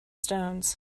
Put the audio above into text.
stones